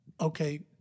Okay